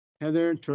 Heather